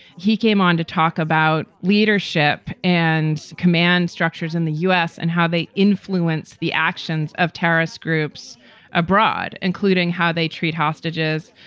he came on to talk about leadership and command structures in the u s. and how they influence the actions of terrorist groups abroad, including how they treat hostages,